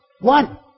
One